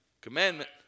commandment